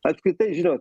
apskritai žinot